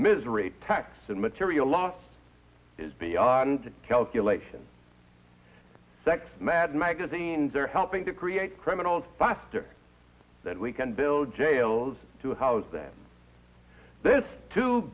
misery tax and material loss is beyond calculation sex mad magazines are helping to create criminals faster than we can build jails to house them this two